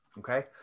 Okay